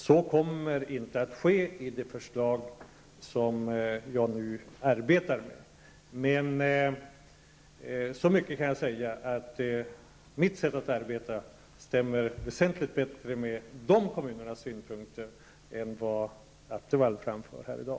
Så kommer inte att ske enligt det förslag jag nu arbetar med. Men så mycket kan jag säga, att mitt sätt att arbeta stämmer väsentligt bättre med de kommunernas synpunkter än vad det gör som Stefan Attefall framför här i dag.